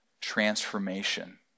transformation